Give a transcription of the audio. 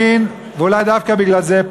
ואולי דווקא בגלל זה,